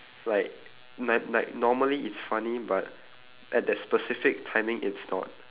like like like normally it's funny but at that specific timing it's not